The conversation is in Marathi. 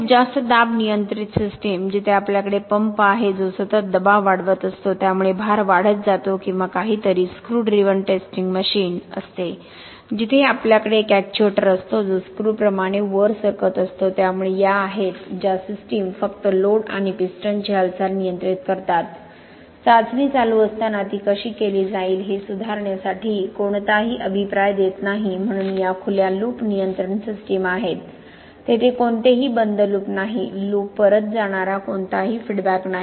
खूप जास्त दाब नियंत्रित सिस्टम जिथे आपल्याकडे पंप आहे जो सतत दबाव वाढवत असतो त्यामुळे भार वाढत जातो किंवा काहीतरी स्क्रू ड्रीव्हन टेस्टिंग मशीन असते जिथे आपल्याकडे एक एक्च्युएटर असतो जो स्क्रूप्रमाणे वर सरकत असतो त्यामुळे या आहेत ज्या सिस्टीम फक्त लोड आणि पिस्टनची हालचाल नियंत्रित करतात चाचणी चालू असताना ती कशी केली जाईल हे सुधारण्यासाठी कोणताही अभिप्राय देत नाही म्हणून या खुल्या लूप नियंत्रण सिस्टम आहेत तेथे कोणतेही बंद लूप नाही लूप परत जाणारा कोणताही फीडब्याक नाही